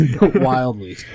wildly